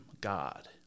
God